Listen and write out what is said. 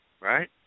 Right